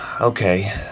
okay